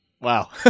Wow